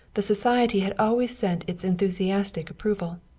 the society had always sent its enthusiastic approval.